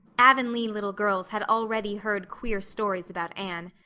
avonlea little girls had already heard queer stories about anne.